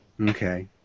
Okay